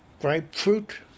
grapefruit